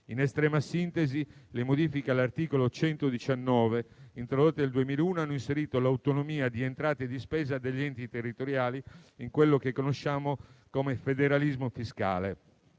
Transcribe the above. In estrema sintesi, le modifiche all'articolo 119 introdotte nel 2001 hanno inserito l'autonomia di entrata e di spesa degli enti territoriali in quello che conosciamo come federalismo fiscale,